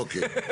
אוקיי.